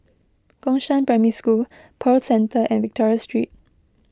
Gongshang Primary School Pearl Centre and Victoria Street